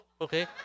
Okay